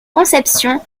conception